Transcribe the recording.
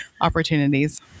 opportunities